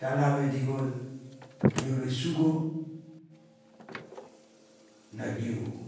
Talabho redighol diabh esigh ma diagh obho nogion obho